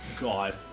God